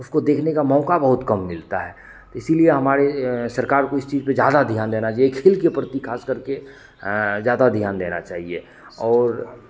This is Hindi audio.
उसको देखने का मौका बहुत कम मिलता है इसीलिए हमारे सरकार को इस चीज़ पे ज़्यादा ध्यान देना चाहिए खेल के प्रति खास करके ज़्यादा ध्यान देना चाहिए और